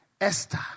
Esther